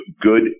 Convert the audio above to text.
good